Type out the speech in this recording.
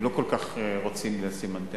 בכל זאת יש ראשי יישובים שלא כל כך רוצים לשים אנטנות